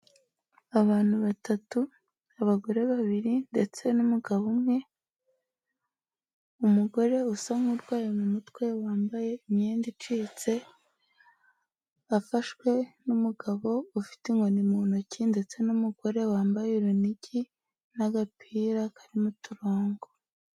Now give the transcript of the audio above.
Abantu batatu abagore babiri ndetse n'umugabo umwe, umugore usa nkurwaye mu mutwe wambaye imyenda icitse afashwe n'umugabo ufite inkoni mu ntoki ndetse n'umugore wambaye urunigi n'agapira karimo uturongo.